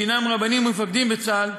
שהם רבנים ומפקדים בצה"ל,